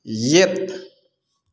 ꯌꯦꯠ